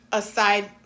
aside